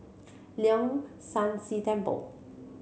Leong San See Temple